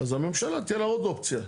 אז הממשלה תהיה לה עוד אופציה.